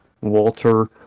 Walter